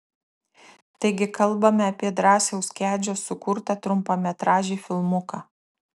taigi kalbame apie drąsiaus kedžio sukurtą trumpametražį filmuką